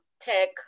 tech